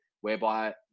whereby